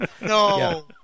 no